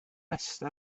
rhestr